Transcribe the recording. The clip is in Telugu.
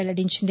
వెల్లదించింది